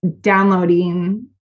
downloading